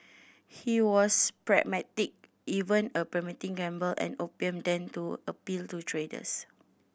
he was pragmatic even a permitting gamble and opium den to appeal to traders